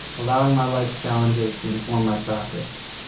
allowing my life's challenges to inform my practice